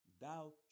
Thou